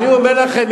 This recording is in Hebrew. אני אומר לכם,